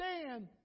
stand